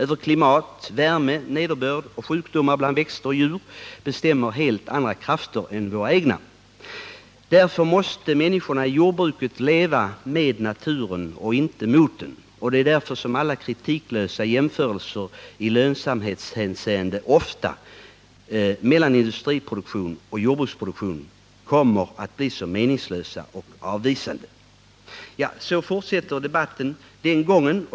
Över klimat, värme, nederbörd och sjukdomar bland växter och djur bestämmer andra krafter än våra. Människorna i jordbruket måste leva med naturen och inte mot den. Det är därför som alla kritiklösa jämförelser i lönsamhetshänseende mellan industriproduktion och jordbruksproduktion enligt min uppfattning ofta blir så meningslösa och missvisande.” Så fortsatte debatten den gången.